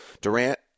Durant